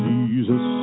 Jesus